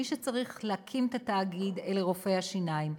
מי שצריכים להקים את התאגיד אלה רופאי השיניים.